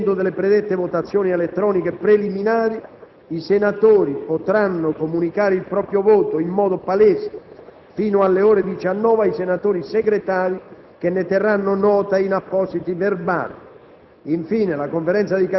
Dopo lo svolgimento delle predette votazioni elettroniche preliminari, i senatori potranno comunicare il proprio voto in modo palese, fino alle ore 19, ai senatori segretari che ne terranno nota in appositi verbali.